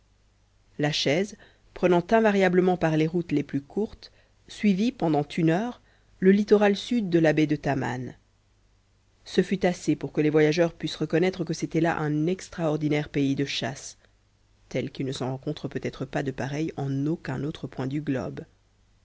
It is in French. la chaise prenant invariablement par les routes les plus courtes suivit pendant une heure le littoral sud de la baie de taman ce fut assez pour que les voyageurs pussent reconnaître que c'était là un extraordinaire pays de chasse tel qu'il ne s'en rencontre peut-être pas de pareil en aucun autre point du globe